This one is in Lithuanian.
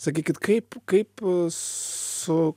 sakykit kaip kaip su